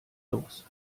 los